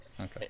Okay